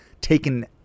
taken